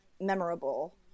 memorable